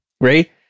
right